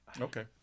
okay